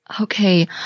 Okay